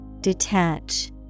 Detach